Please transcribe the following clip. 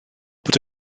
bod